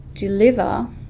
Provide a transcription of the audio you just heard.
deliver